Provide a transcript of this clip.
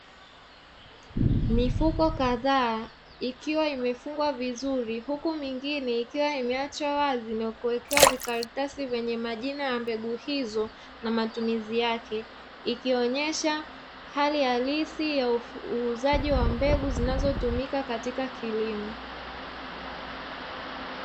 Mifuko kadhaa ikiwa imefungwa vizuri, huku mingine ikiwa imeachwa wazi na kuwekewa vikaratasi vyenye majina ya mbegu hizo na matumizi yake, ikionyesha hali halisi ya uuzaji wa mbegu zinazotumika katika kilimo.